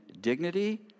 dignity